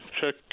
check